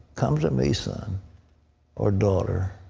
come to me, son or daughter.